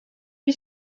lui